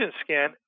scan